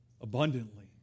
abundantly